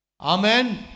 Amen